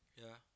yeah